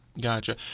Gotcha